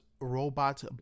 robot